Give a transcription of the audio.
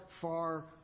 far